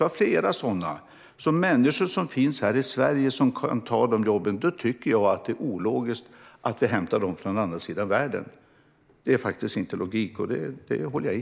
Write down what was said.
Vi har flera sådana exempel, där människor som finns här i Sverige kan ta de här jobben. Då tycker jag att det är ologiskt att vi hämtar människor från andra sidan världen. Det är inte någon logik i det, och det håller jag i.